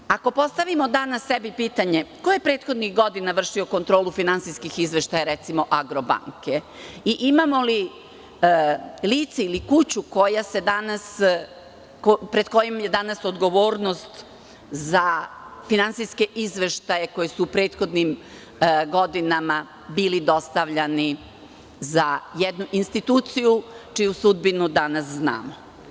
Ako danas sebi postavimo pitanje – ko je prethodnih godina vršio kontrolu finansijskih izveštaja, recimo "Agrobanke" i imamo li lice ili kuću pred kojom je danas odgovornost za finansijske izveštaje koji su u prethodnim godinama bili dostavljani za jednu instituciju čiju sudbinu danas znamo?